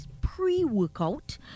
pre-workout